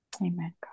Amen